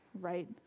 right